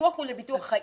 הביטוח הוא ביטוח חיים.